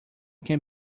can